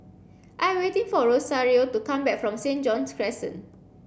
I waiting for Rosario to come back from St John's Crescent